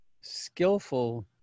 skillful